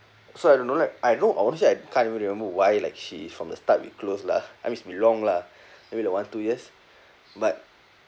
so I don't know like I know honestly I can't even remember why like she is from the start we close lah I mean it's been long lah maybe like one two years but